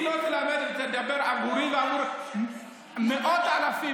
היא לא תדבר בעבורי ובעבור מאות אלפי